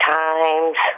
times